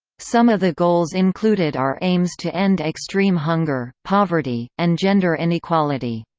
some of the goals included are aims to end extreme hunger, poverty, and gender inequality.